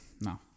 No